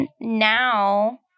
now